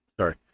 sorry